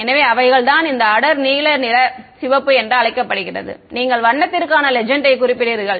எனவே அவைகள் தான் இந்த அடர் நீல சிவப்பு என்று அழைக்கப்படுகிறது நீங்கள் வண்ணத்திற்கான லெஜெண்ட் யை குறிப்பிடுகிறீர்கள்